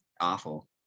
awful